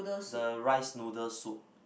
the rice noodle soup